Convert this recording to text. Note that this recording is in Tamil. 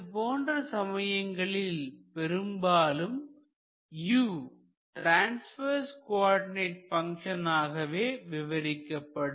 இது போன்ற சமயங்களில் பெரும்பாலும் u ட்ரான்ஸ்வெர்ஸ் கோஆர்டினேட் பங்சன் ஆகவே விவரிக்கப்படும்